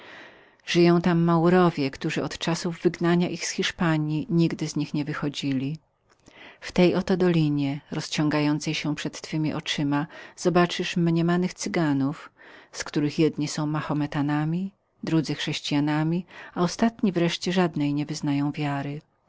podziemia tam żyją maurowie którzy od czasów wygnania ich z hiszpanji nigdy z nich nie wychodzili w tej oto dolinie rozciągającej się przed twemi oczyma zobaczysz mniemanych cyganów z których jedni są mahometanami drudzy chrześcijanami ostatni wreszcie żadnej nie wyznają wiary